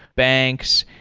banks,